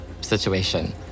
situation